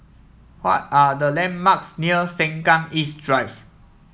what are the landmarks near Sengkang East Drive